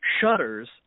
shutters